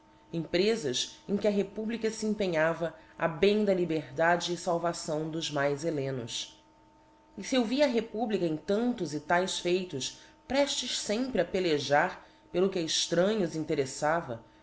emprefas em que a republica fe empenhava a bem da liberdade e falvação dos mais hellenos e fe eu via a republica em tantos e taes feitos preftes fempre a pelejar pelo que a cxtranhos intereffava